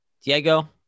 diego